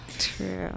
true